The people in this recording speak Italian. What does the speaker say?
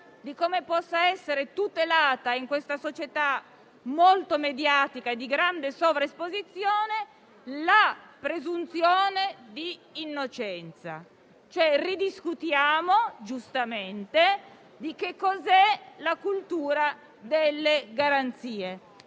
di come possa essere tutelata in questa società molto mediatica e di grande sovraesposizione la presunzione di innocenza: ridiscutiamo giustamente che cosa è la cultura delle garanzie.